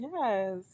Yes